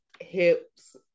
hips